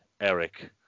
Eric